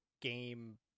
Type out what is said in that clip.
game